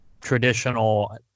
traditional